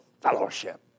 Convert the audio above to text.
fellowship